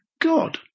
God